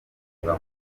biba